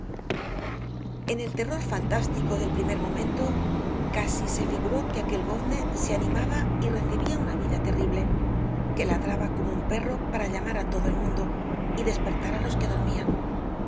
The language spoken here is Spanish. eii el terror fantástico del primer momento casi se figuró que aquel gozne se animaba y recibia una vida terrible que ladraba como un perro para llamar á todo el mundo y despertar á los que dormian